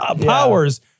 powers